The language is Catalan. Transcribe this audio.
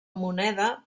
moneda